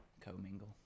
co-mingle